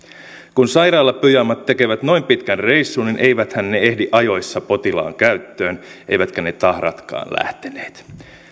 kun sairaalapyjamat tekevät noin pitkän reissun niin eiväthän ne ehdi ajoissa potilaan käyttöön eivätkä ne tahratkaan lähteneet